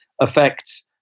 affects